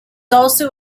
also